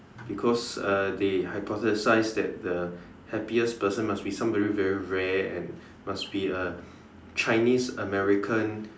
because uh they hypothesized that the happiest person must be somebody very rare and must be a Chinese american